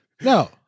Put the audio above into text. No